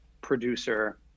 producer